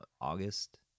August